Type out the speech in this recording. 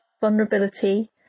vulnerability